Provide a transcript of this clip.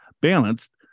balanced